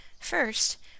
first